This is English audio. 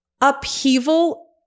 upheaval